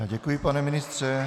Já děkuji, pane ministře.